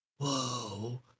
Whoa